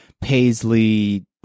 paisley